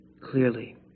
clearly